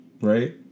Right